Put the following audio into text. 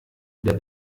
der